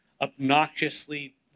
obnoxiously